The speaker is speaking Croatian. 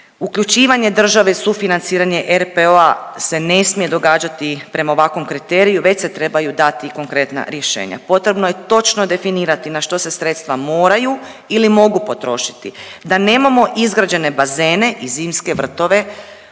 Uključivanje države sufinanciranje RPO-a se ne smije događati prema ovakvom kriteriju već se trebaju dati konkretna rješenja. Potrebno je točno definirati na što se sredstva moraju ili mogu potrošiti, da nemamo izgrađene bazene i zimske vrtove